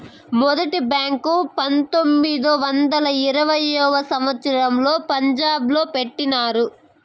మొదటి బ్యాంకు పంతొమ్మిది వందల ఇరవైయవ సంవచ్చరంలో పంజాబ్ లో పెట్టినారు